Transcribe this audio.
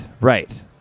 right